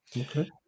Okay